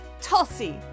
Tulsi